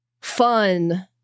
fun